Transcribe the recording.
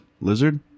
lizard